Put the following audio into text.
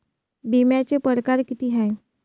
बिम्याचे परकार कितीक हाय?